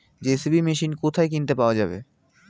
JCB machine কোথায় কিনতে পাওয়া যাবে?